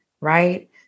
right